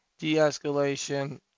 De-escalation